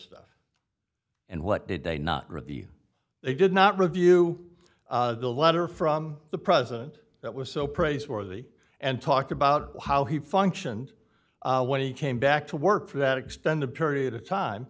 stuff and what did they not review they did not review the letter from the president that was so praiseworthy and talked about how he functioned when he came back to work for that extended period of time